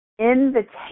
invitation